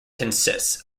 consists